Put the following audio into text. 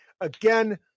Again